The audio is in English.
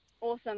awesome